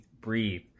breathe